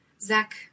Zach